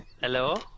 Hello